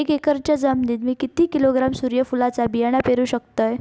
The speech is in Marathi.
एक एकरच्या जमिनीत मी किती किलोग्रॅम सूर्यफुलचा बियाणा पेरु शकतय?